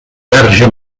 verge